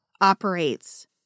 operates